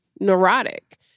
neurotic